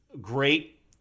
great